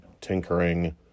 tinkering